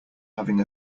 having